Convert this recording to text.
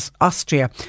Austria